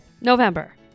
November